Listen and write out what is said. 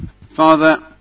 Father